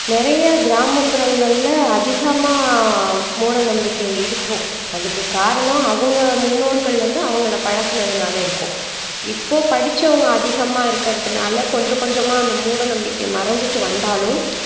நிறையா கிராம புறங்கள்ல அதிகமாக மூட நம்பிக்கை இருக்கும் அதுக்கு காரணம் அவங்க முன்னோர்கள் வந்து அவங்களை பழக்குனதனால இருக்கும் இப்போது படிச்சவங்க அதிகமாக இருக்குறதனால கொஞ்சம் கொஞ்சமாக அந்த மூட நம்பிக்கை மறைஞ்சிட்டு வந்தாலும்